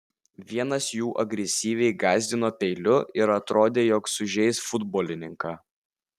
vienas jų agresyviai gąsdino peiliu ir atrodė jog sužeis futbolininką